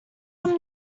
them